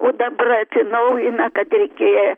o dabar atsinaujina kad reikėja